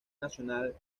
nacional